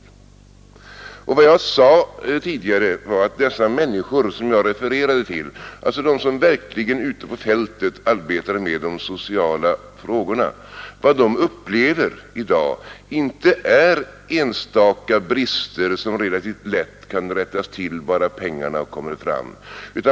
Vad jag sade tidigare var att vad dessa människor, som jag refererade till — de som verkligen arbetar ute på fältet med de sociala frågorna —, upplever i dag inte är enstaka brister som relativt lätt kan rättas till bara pengarna kommer fram.